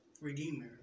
Redeemer